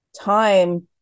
time